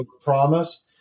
promise